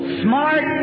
smart